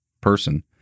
person